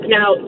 Now